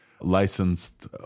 licensed